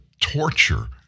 torture